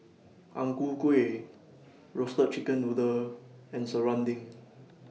Ang Ku Kueh Roasted Chicken Noodle and Serunding